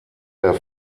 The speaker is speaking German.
der